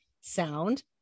sound